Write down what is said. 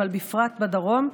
אבל בפרט בדרום.